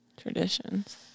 Traditions